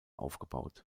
aufgebaut